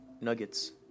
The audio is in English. nuggets